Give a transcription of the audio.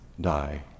die